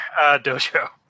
dojo